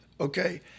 okay